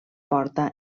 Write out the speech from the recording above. porta